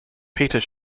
peter